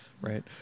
right